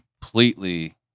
completely